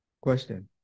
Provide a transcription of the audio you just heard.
Question